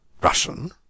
Russian